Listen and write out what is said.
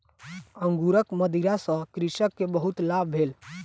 अंगूरक मदिरा सॅ कृषक के बहुत लाभ भेल